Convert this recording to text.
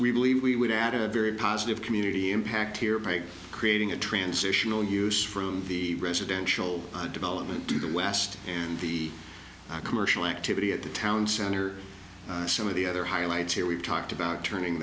we believe we would add a very positive community impact here by creating a transitional use from the residential development to the west and the commercial activity at the town center some of the other highlights here we've talked about turning